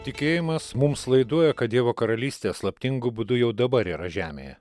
tikėjimas mums laiduoja kad dievo karalystė slaptingu būdu jau dabar yra žemėje